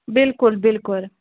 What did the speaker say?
بِلکُل بِلکُل